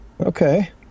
Okay